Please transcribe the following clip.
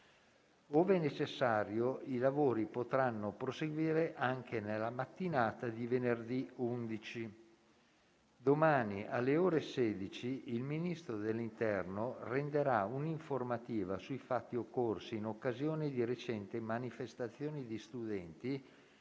Ove necessario, i lavori potranno proseguire anche nella mattinata di venerdì 11. Domani, alle ore 16, il Ministro dell'interno renderà un'informativa sui fatti occorsi in occasione di recenti manifestazioni di studenti